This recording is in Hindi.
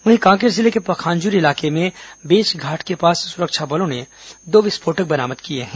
वहीं कांकेर जिले के पखांजूर इलाके में बेचघाट के पास सुरक्षा बलों ने दो विस्फोटक बरामद किए हैं